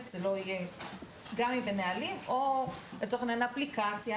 גם אם בנהלים, או לתכנן אפליקציה.